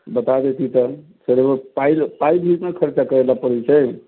बता दैति तऽ फेर ओहो पाइ पाइ भी उसमे खर्चा करैला परै छै